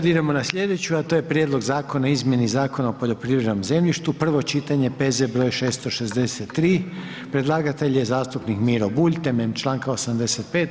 Sad idemo na slijedeću, a to je: - Prijedlog Zakona o izmjeni Zakona o poljoprivrednom zemljištu, prvo čitanje, P.Z. broj 663 Predlagatelj je zastupnik Miro Bulj temeljem Članka 85.